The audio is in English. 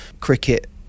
cricket